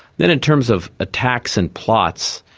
then in terms of attacks and plots,